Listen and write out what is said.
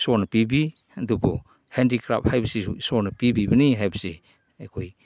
ꯏꯁꯣꯔꯅ ꯄꯤꯕꯤ ꯑꯗꯨꯕꯨ ꯍꯦꯟꯗꯤꯀ꯭ꯔꯥꯐ ꯍꯥꯏꯕꯁꯤꯁꯨ ꯏꯁꯣꯔꯅ ꯄꯤꯕꯤꯕꯅꯤ ꯍꯥꯏꯕꯁꯦ ꯑꯩꯈꯣꯏ